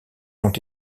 ont